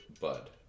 bud